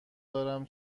دارم